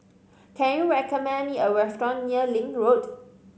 can you recommend me a restaurant near Link Road